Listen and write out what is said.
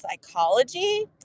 psychology